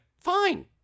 fine